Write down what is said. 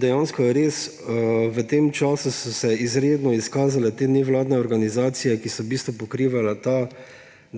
Dejansko je res, da so se v tem času izredni izkazale te nevladne organizacije, ki so v bistvu pokrivali ta